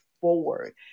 forward